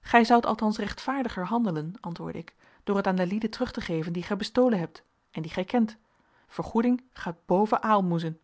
gij zoudt althans rechtvaardiger handelen antwoordde ik door het aan de lieden terug te geven die gij bestolen hebt en die gij kent vergoeding gaat boven